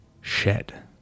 shed